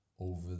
over